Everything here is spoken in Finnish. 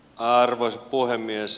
arvoisa puhemies